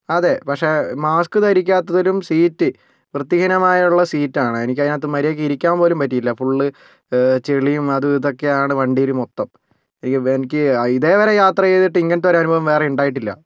അതെ പക്ഷേ മാസ്ക് ധരിക്കാത്തതിലും സീറ്റ് വൃത്തിഹീനമായുള്ള സീറ്റ് ആണ് എനിക്കതിനകത്ത് മര്യാദയ്ക്ക് ഇരിക്കാൻ പോലും പറ്റിയില്ല ഫുൾ ചെളിയും അതും ഇതും ഒക്കെയാണ് വണ്ടിയിൽ മൊത്തം അയ്യോ എനിക്ക് ഇതേവരെ യാത്ര ചെയ്തിട്ട് ഇങ്ങനത്തെ ഒരു അനുഭവം വേറെ ഉണ്ടായിട്ടില്ല